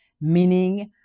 meaning